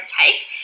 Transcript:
take